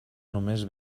només